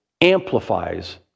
amplifies